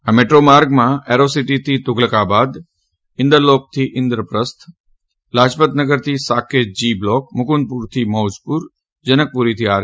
આ મેટ્રો માર્ગમાં એરોસીટીથી તુઘલકાબાદ ઇન્દરલોકથી ઇન્દ્રપ્રસ્થ લાજપતનગરથી સાકેત જી બ્લોક મુકુંદપુરથી મૌજપુર જનકપુરી થી આર